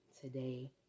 today